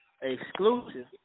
Exclusive